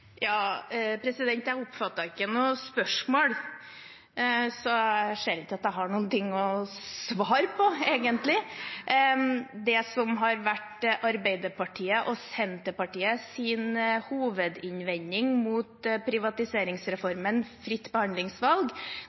Jeg oppfattet ikke noe spørsmål, så jeg kan ikke se at jeg har noe å svare på. Det som har vært Arbeiderpartiet og Senterpartiets hovedinnvending mot privatiseringsreformen fritt behandlingsvalg,